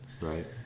Right